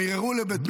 הם ערערו לבית המשפט.